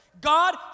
God